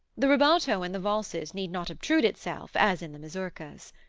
the rubato in the valses need not obtrude itself as in the mazurkas.